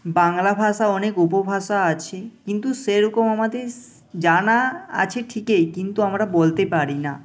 বাংলা ভাষা অনেক উপভাষা আছে কিন্তু সেরকম আমাদের স জানা আছে ঠিকই কিন্তু আমরা বলতে পারি না